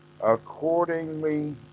accordingly